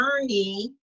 journey